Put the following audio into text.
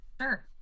Sure